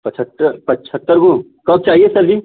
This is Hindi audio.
पचहत्तर पचहत्तर गो कब चाहिए सर जी